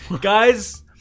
Guys